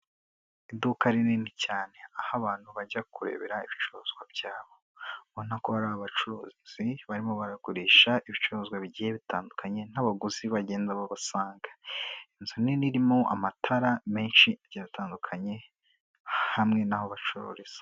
Iduka rinini cyane, aho abantu bajya kurebera ibicuruzwa byabo, ubona ko hari abacuruzi barimo baragurisha ibicuruzwa bigiye bitandukanye n'abaguzi bagenda babasanga, inzu nini irimo amatara menshi agiye atandukanye hamwe n'aho bacururiza.